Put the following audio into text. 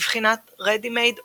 בבחינת "רדי-מייד אוצרותי",